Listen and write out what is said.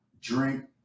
drink